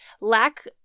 lack